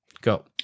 Go